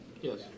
Yes